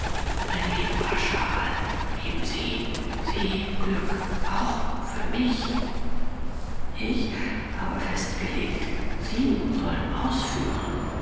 mein leben war schal geben sie sie glück auch für mich ich habe festgelegt sie sollen ausführen